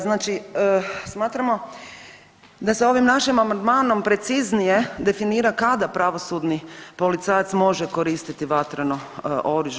Znači smatramo da se ovim našim amandmanom preciznije definira kada pravosudni policajac može koristiti vatreno oružje.